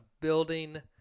building